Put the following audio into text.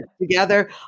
together